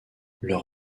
leur